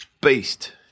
beast